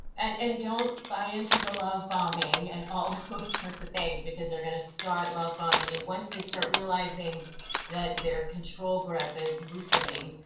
and and don't buy into the love bombing and all those sorts of things, because they're going to start love bombing you. once they start realizing that their control grip is loosening,